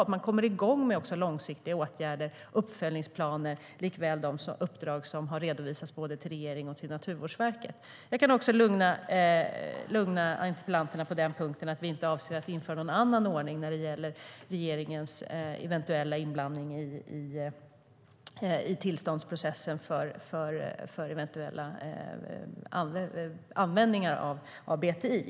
Man ska komma igång med långsiktiga åtgärder, med uppföljningsplaner och med de uppdrag som har redovisats till både regeringen och Naturvårdsverket.Jag kan också lugna interpellanterna på den punkten att vi inte avser att införa någon annan ordning när det gäller regeringens eventuella inblandning i tillståndsprocessen för användning av BTI.